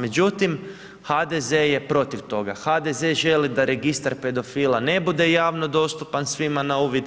Međutim, HDZ je protiv toga, HDZ želi da registar pedofila ne bude javno dostupan svima na uvid,